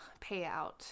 payout